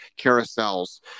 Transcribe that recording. carousels